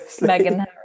Megan